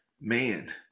man